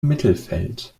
mittelfeld